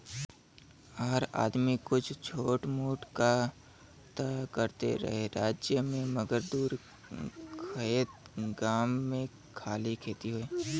हर आदमी कुछ छोट मोट कां त करते रहे राज्य मे मगर दूर खएत गाम मे खाली खेती होए